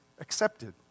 accepted